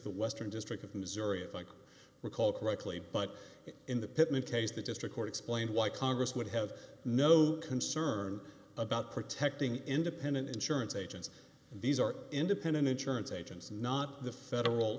the western district of missouri if i recall correctly but in the pittman case the district court explained why congress would have no concern about protecting independent insurance agents these are independent insurance agents and not the federal